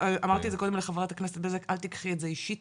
אמרתי את זה קודם לחברת הכנסת בזק: אל תקחי את זה אישית,